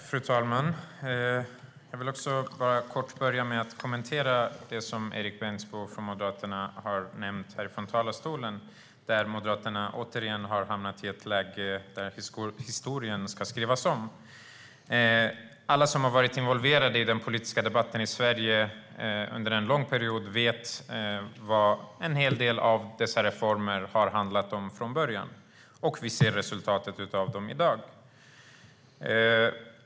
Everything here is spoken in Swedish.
Fru talman! Jag vill bara kort börja med att kommentera det som Erik Bengtzboe från Moderaterna har nämnt i talarstolen. Moderaterna har återigen hamnat i ett läge där historien ska skrivas om. Alla som har varit involverade i den politiska debatten i Sverige under en lång period vet vad en hel del av dessa reformer har handlat om från början. Vi ser resultatet av dem i dag.